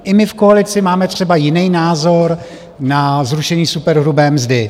I my v koalici máme třeba jiný názor na zrušení superhrubé mzdy.